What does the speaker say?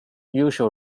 usual